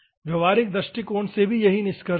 व्यावहारिक दृष्टिकोण से यही निष्कर्ष है